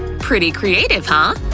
pretty creative, huh?